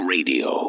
Radio